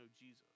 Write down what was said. Jesus